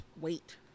wait